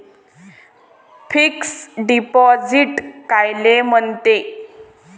Fix deposit कायले म्हनते?